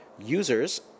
users